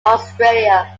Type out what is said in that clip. australia